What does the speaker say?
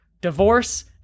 divorce